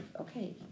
okay